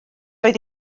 oedd